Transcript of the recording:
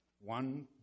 one